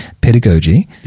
pedagogy